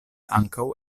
ankaŭ